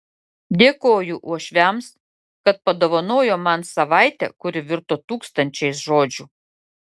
dėkoju uošviams kad padovanojo man savaitę kuri virto tūkstančiais žodžių